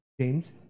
james